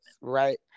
right